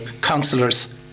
councillors